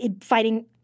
fighting—